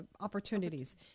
opportunities